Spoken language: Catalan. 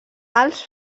els